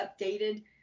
updated